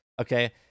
okay